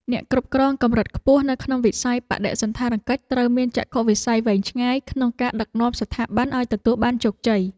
អ្នកគ្រប់គ្រងកម្រិតខ្ពស់នៅក្នុងវិស័យបដិសណ្ឋារកិច្ចត្រូវមានចក្ខុវិស័យវែងឆ្ងាយក្នុងការដឹកនាំស្ថាប័នឱ្យទទួលបានជោគជ័យ។